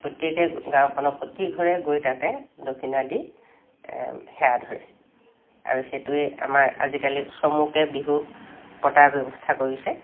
প্ৰত্যেকে গাঁওখনৰ প্ৰতি ঘৰে গৈ তাতে দক্ষিণা দি সেৱা ধৰে আৰু সেইটোৱে আমাৰ আজিকালি চমুকৈ বিহু পতাৰ ব্যৱস্থা কৰিছে